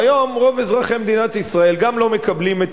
והיום רוב אזרחי מדינת ישראל גם לא מקבלים את